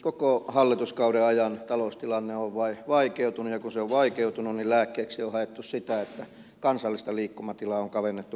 koko hallituskauden ajan taloustilanne on vain vaikeutunut ja kun se on vaikeutunut niin lääkkeeksi on haettu sitä että kansallista liikkumatilaa on kavennettu koko ajan